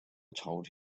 told